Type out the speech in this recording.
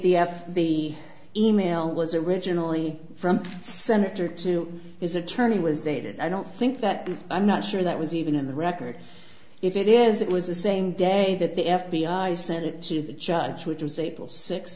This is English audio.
the f the e mail was originally from senator to his attorney was dated i don't think that is i'm not sure that was even in the record if it is it was the same day that the f b i sent it to the judge which was april sixth